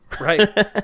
right